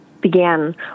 began